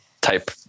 type